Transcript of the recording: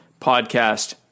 podcast